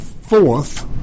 fourth